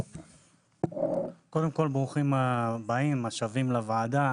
קודם כל, ברוכים הבאים והשבים לוועדה.